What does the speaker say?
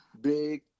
Big